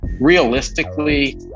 realistically